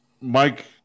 Mike